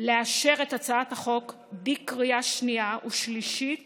לאשר את הצעת החוק בקריאה שנייה ושלישית